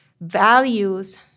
values